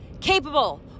capable